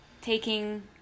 taking